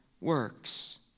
works